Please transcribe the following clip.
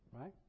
right